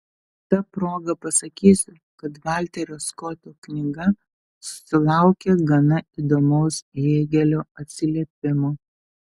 ta proga pasakysiu kad valterio skoto knyga susilaukė gana įdomaus hėgelio atsiliepimo